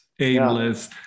aimless